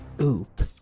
Oop